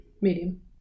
Medium